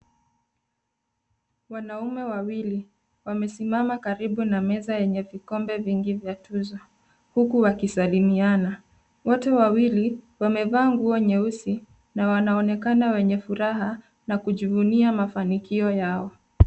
Wanaume wawili wamesimama karibu na meza yenye vikombe vingi vya tuzo huku wakisalimiana. Wote wawili wamevaa nguo nyeusi na wanaonekana wenye furaha na kujivunia mafanikio yao.